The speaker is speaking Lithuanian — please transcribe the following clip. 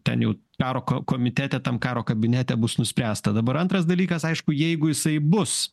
ten jau karo ko komitete tam karo kabinete bus nuspręsta dabar antras dalykas aišku jeigu jisai bus